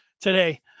today